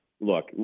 look